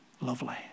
lovely